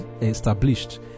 established